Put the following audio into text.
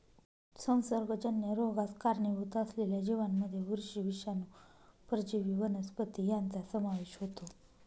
संसर्गजन्य रोगास कारणीभूत असलेल्या जीवांमध्ये बुरशी, विषाणू, परजीवी वनस्पती यांचा समावेश होतो